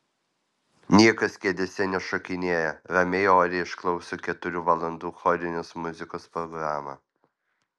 niekas kėdėse nešokinėja ramiai oriai išklauso keturių valandų chorinės muzikos programą